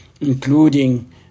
including